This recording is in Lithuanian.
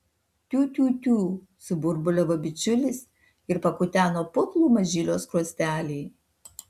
tiu tiu tiu suburbuliavo bičiulis ir pakuteno putlų mažylio skruostelį